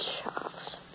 Charles